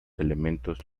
elementos